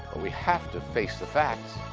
we have to face the facts